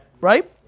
right